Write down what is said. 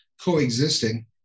coexisting